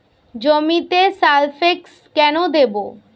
জমিতে সালফেক্স কেন দেবো?